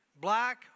black